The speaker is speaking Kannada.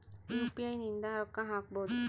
ಯು.ಪಿ.ಐ ಇಂದ ರೊಕ್ಕ ಹಕ್ಬೋದು